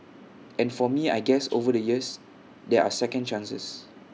and for me I guess over the years there are second chances